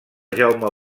jaume